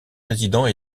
résidents